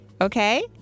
okay